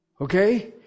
Okay